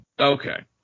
okay